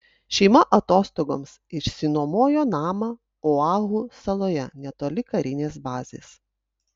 šeima atostogoms išsinuomojo namą oahu saloje netoli karinės bazės